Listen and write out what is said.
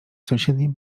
sąsiednim